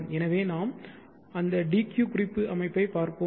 எனவே நாம் அந்த dq குறிப்பு அமைப்பை பார்ப்போம்